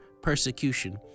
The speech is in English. persecution